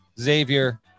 Xavier